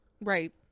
Right